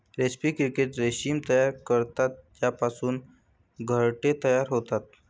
रेस्पी क्रिकेट रेशीम तयार करतात ज्यापासून घरटे तयार होतात